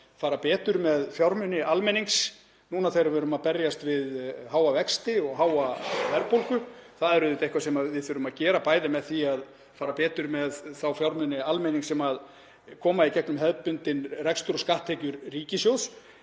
fara betur með fjármuni almennings nú þegar við erum að berjast við háa vexti og háa verðbólgu. Það er auðvitað eitthvað sem við þurfum að gera, bæði með því að fara betur með þá fjármuni almennings sem koma í gegnum hefðbundinn rekstur og skatttekjur ríkissjóðs